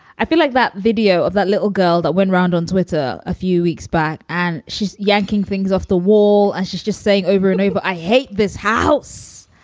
i feel like that video of that little girl that went round on twitter a few weeks back and she's yanking things off the wall she's just saying over and over, i hate this house.